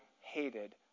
hated